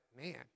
man